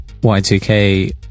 y2k